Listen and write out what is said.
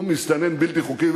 הוא מסתנן בלתי חוקי,